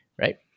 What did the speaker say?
right